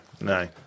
no